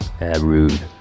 Rude